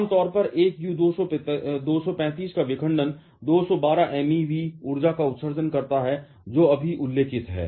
आमतौर पर एक U 235 का विखंडन 212 MeV ऊर्जा का उत्सर्जन करता है जो अभी उल्लेखित हैं